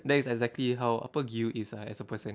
that is exactly how apa gui is ah as a person